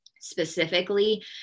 specifically